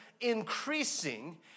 increasing